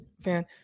fan